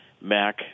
Mac